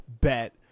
bet